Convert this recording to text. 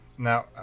Now